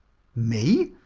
me?